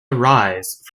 arise